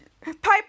Piper